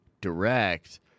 direct